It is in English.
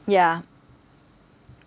ya